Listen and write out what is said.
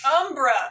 Umbra